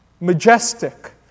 majestic